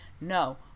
No